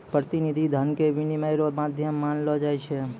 प्रतिनिधि धन के विनिमय रो माध्यम मानलो जाय छै